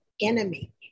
enemy